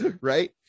Right